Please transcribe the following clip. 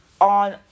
on